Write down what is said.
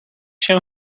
się